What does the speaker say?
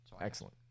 Excellent